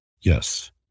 Yes